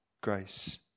grace